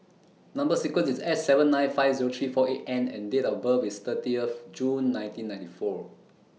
Number sequence IS S seven nine five three four eight N and Date of birth IS thirty of June nineteen ninety four